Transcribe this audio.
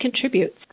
contributes